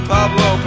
Pablo